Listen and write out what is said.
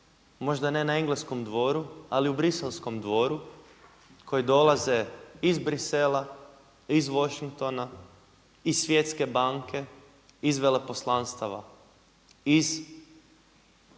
možda ne na engleskom dvoru ali u bruxellskom dvoru, koji dolaze iz Bruxellesa, iz Washingtona, iz Svjetske banke, iz veleposlanstava, iz